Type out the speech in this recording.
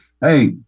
hey